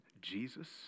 Jesus